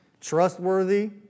trustworthy